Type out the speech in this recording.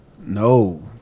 No